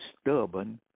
stubborn